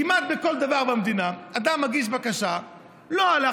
כמעט בכל דבר במדינה, אדם מגיש בקשה; לא הלך?